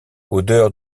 odeur